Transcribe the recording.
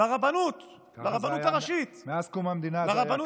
לרבנות הראשית, מאז קום המדינה זה היה כך.